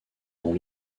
dans